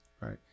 Right